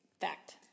Fact